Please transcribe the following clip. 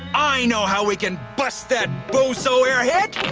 i know how we can bust that bozo, airhead!